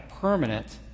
permanent